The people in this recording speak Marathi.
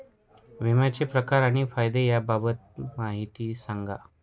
विम्याचे प्रकार आणि फायदे याबाबत माहिती सांगा